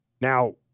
Now